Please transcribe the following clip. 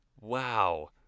Wow